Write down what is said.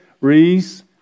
Reese